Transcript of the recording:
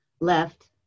Left